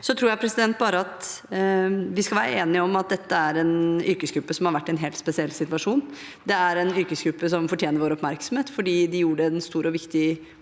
vi skal være enige om at dette er en yrkesgruppe som har vært i en helt spesiell situasjon. Det er en yrkesgruppe som fortjener vår oppmerksomhet fordi de gjorde en stor, viktig